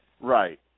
Right